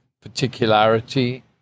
particularity